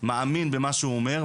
מאמין במה שהוא אומר.